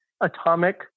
Atomic